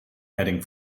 heading